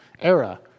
era